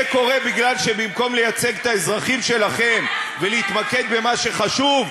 זה קורה כי במקום לייצג את האזרחים שלכם ולהתמקד במה שחשוב,